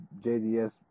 JDS